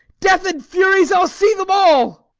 death and furies! i ll see them all.